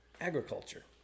agriculture